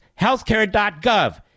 healthcare.gov